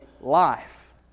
life